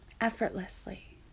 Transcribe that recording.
effortlessly